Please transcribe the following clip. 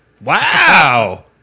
Wow